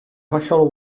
hollol